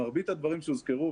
מרבית הדברים שהוזכרו,